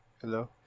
Hello